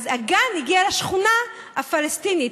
אז הגן הגיע לשכונה הפלסטינית.